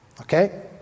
Okay